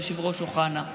אישה טובה וישרה.